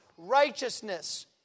righteousness